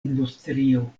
industrio